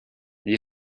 gli